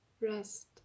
rest